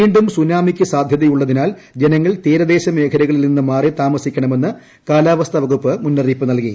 വീ ും സുനാമിക്ക് സാധ്യതയുള്ളതിനാൽ ജനങ്ങൾ തീരദേശ മേഖലകളിൽ നിന്ന് മാറി താമസിക്കണമെന്ന് കാലാവസ്ഥ വകുപ്പ് മുന്നറിയിപ്പ് നൽകി